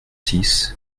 six